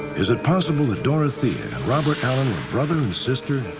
is it possible with dorothea and robert allen were brother and sister?